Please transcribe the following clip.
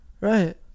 right